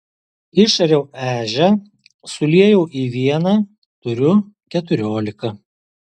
išariau ežią suliejau į vieną turiu keturiolika